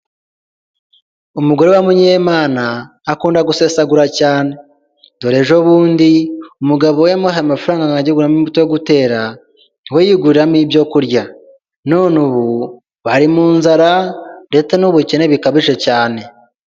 Umugore wa Munyemana akunda gusesagura cyane, dore ejobundi umugabo we yamuhaye amafaranga ajye kugura imbuto yo gutera we yiguriramo ibyo kurya, none ubu bari mu nzara ndetse n'ubukene bikabije cyane.